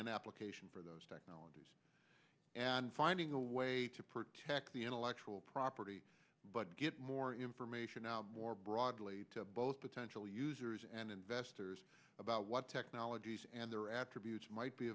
an application for those technologies and finding a way to protect the intellectual property but get more information out more broadly to both potential users and investors about what technologies and their attributes might be